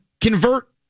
convert